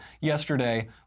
Yesterday